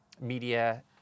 media